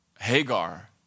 Hagar